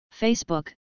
Facebook